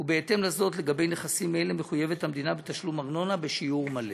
ובהתאם לזאת לגבי נכסים אלה מחויבת המדינה בתשלום ארנונה בשיעור מלא.